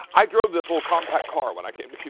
i drove this little compact car when i came